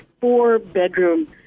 four-bedroom